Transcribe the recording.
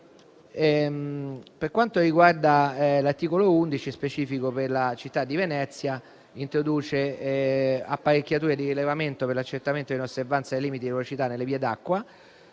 Per quanto riguarda l'articolo 11, specifico per la città di Venezia, introduce apparecchiature di rilevamento per l'accertamento dell'osservanza dei limiti di velocità nelle vie d'acqua.